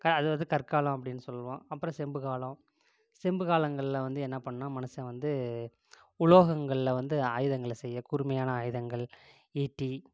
அதுவந்து கற்காலம் அப்படின்னு சொல்வோம் அப்புறம் செம்புக் காலம் செம்புக் காலங்களில் வந்து என்ன பண்ணான் மனுஷன் வந்து உலோகங்களில் வந்து ஆயுதங்களை செய்ய கூர்மையான ஆயுதங்கள் ஈட்டி